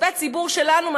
כספי ציבור שלנו,